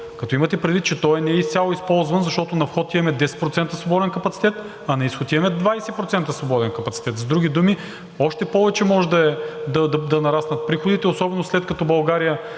като имате предвид, че той не изцяло е използван, защото на входа имаме 10% свободен капацитет, а на изхода имаме 20% свободен капацитет. С други думи, още повече може да нараснат приходите, особено след като България